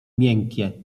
miękkie